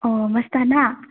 ꯑꯣ ꯃꯁꯇꯥꯅꯥ